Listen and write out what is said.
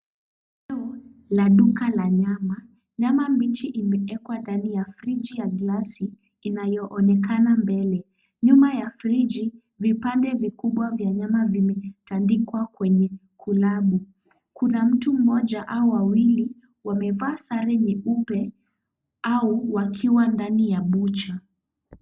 Eneo la duka ya nyama, nyama mbichi imewekwa ndani ya friji ya gilasi inayoonekana mbele. Nyuma ya friji vipande vikubwa vya nyama vimetandikwa kwenye kulabu. Kuna mtu mmoja au wawili wamevaa sare nyeupe au wakiwa ndani ya(cs) butcher (cs).